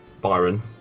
Byron